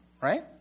Right